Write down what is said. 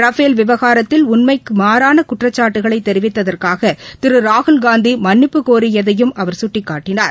Rafale விவனரத்தில் உண்மைக்கு மாறான குற்றச்சாட்டுக்களை தெரிவித்ததற்காக திரு ராகுல் ஊந்தி மன்னிப்பு கோரியதையும் அவர் சுட்டிக்காட்டினார்